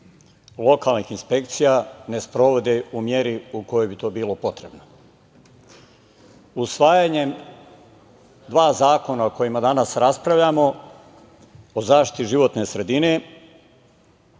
lokalnih inspekcija ne sprovode u meri u kojoj bi to bilo potrebno. Usvajanjem dva zakona o kojima danas raspravljamo o zaštiti životne sredine,